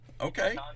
okay